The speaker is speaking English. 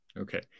Okay